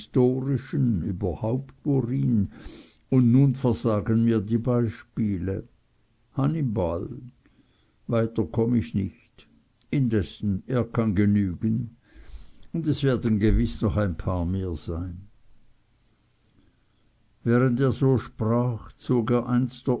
überhaupt worin und nun versagen mir die beispiele hannibal weiter komm ich nicht indessen er kann genügen und es werden gewiß noch ein paar sein während er so sprach zog er eins